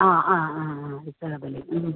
ആ ആ ആ ആ ഇത്ര വില മ്മ്